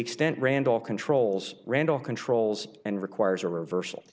extent randall controls randall controls and requires a revers